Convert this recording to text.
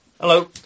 Hello